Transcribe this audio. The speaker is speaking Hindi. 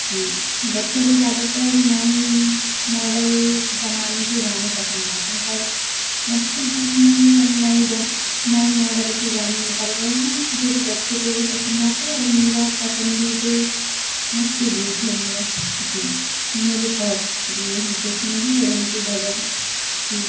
जी बच्चों को ज़्यादा नए मॉडल ज़माने के गाने पसन्द आते हैं पर भक्ति गीत में भी अब नए नए मॉडल के गाने निकल रहे हैं जोकि बच्चों को भी पसन्द आते हैं और मेरा पसन्दीदा भक्ति गीत है मेरा जी मुझे बहुत प्रिय हैं कृष्ण जी और उनके भजन जी